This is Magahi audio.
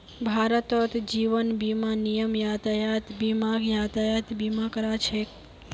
भारतत जीवन बीमा निगम यातायात बीमाक यातायात बीमा करा छेक